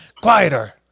quieter